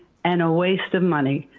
and a waste of money.